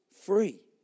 free